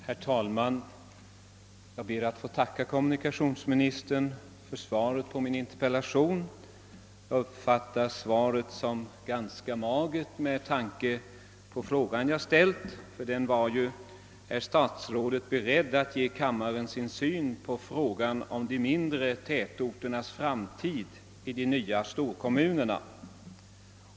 Herr talman! Jag ber att få tacka kommunikationsministern för svaret på min interpellation. Jag uppfattar det emellertid som ganska magert med tanke på den fråga jag ställt, nämligen om herr statsrådet var beredd att upplysa kammaren om sin syn på problemet om de mindre tätorternas framtid i de nya storkommunerna.